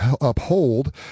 uphold